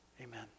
amen